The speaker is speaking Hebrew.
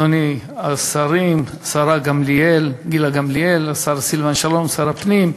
השרה גילה גמליאל, השר סילבן שלום, שר הפנים,